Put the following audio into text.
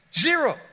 Zero